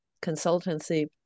consultancy